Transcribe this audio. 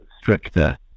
stricter